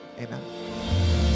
Amen